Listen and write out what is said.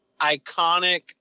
iconic